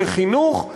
לחינוך,